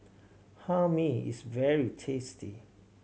Hae Mee is very tasty